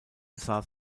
saß